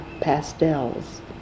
Pastels